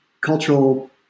cultural